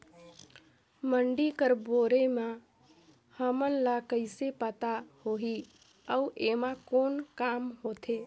मंडी कर बारे म हमन ला कइसे पता होही अउ एमा कौन काम होथे?